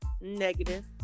Negative